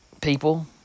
people